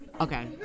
okay